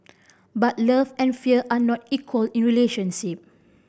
but love and fear are not equal in a relationship